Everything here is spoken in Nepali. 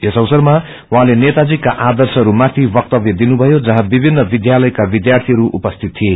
यस अवसरमा उझेँले नेताजीको आर्दशहरूमाथि वक्तव्य दिनुभयो जहौँ विभिन्न विधालयका विध्यार्थीहरू उपसीत थिए